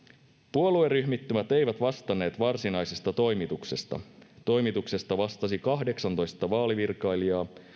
puolueryhmittymät eivät vastanneet varsinaisesta toimituksesta toimituksesta vastasi kahdeksantoista vaalivirkailijaa